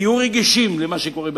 תהיו רגישים למה שקורה בפריפריה,